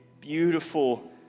beautiful